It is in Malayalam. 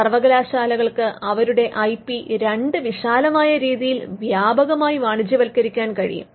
സർവകലാശാലകൾക്ക് അവരുടെ ഐ പി രണ്ട് വിശാലമായ രീതിയിൽ വ്യാപകമായി വാണിജ്യവത്കരിക്കാൻ കഴിയും